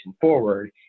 forward